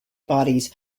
bodies